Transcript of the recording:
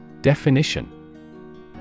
Definition